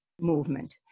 movement